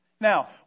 Now